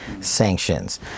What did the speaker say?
sanctions